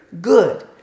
good